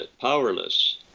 powerless